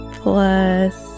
plus